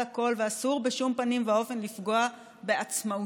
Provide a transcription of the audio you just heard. הכול ואסור בשום פנים ואופן לפגוע בעצמאותה,